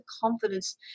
confidence